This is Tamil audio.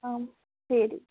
சரி